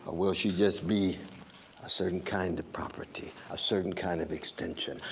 ah will she just be a certain kind of property, a certain kind of extension,